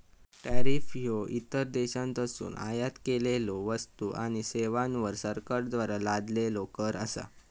tariff ह्यो इतर देशांतसून आयात केलेल्यो वस्तू आणि सेवांवर सरकारद्वारा लादलेलो कर असा